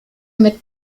mit